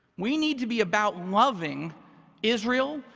we need to be about loving israel,